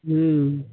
हूँ